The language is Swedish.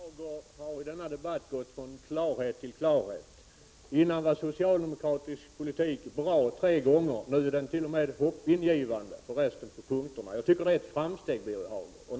Herr talman! Birger Hagård har i denna debatt gått från klarhet till klarhet. Förut var socialdemokratisk politik ”bra” tre gånger — nu är den t.o.m. ”hoppingivande” på resten av punkterna. Jag tycker det är ett framsteg, Birger Hagård.